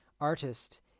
artist